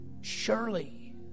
surely